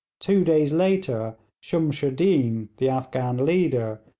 two days later shumshoodeen, the afghan leader,